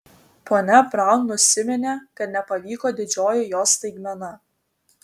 ponia braun nusiminė kad nepavyko didžioji jos staigmena